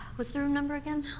what's the room number again?